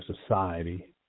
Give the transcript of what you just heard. society